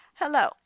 Hello